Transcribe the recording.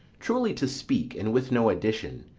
truly to speak, and with no addition,